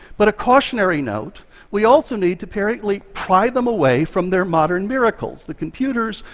but a cautionary note we also need to periodically pry them away from their modern miracles, the computers,